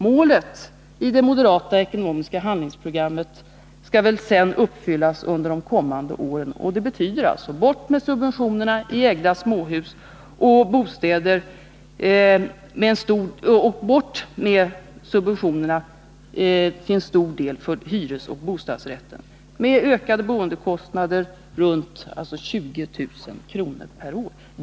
Målet i det moderata ekonomiska handlingsprogrammet skall väl sedan uppfyllas under de kommande åren, och det betyder alltså: Bort med subventionerna i ägda småhus och bort med subventionerna till en stor del för hyresoch bostadsrättslägenheter, med ökade boendekostnader runt 20 000 kr. per år!